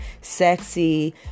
sexy